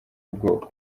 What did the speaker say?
bwoko